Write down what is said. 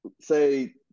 say